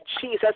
Jesus